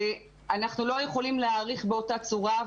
אנחנו לא יכולים להעריך באותה צורה,